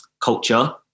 culture